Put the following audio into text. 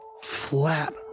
flat